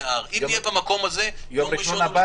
לגבי יתר התקנות.